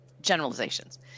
generalizations